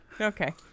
Okay